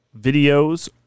videos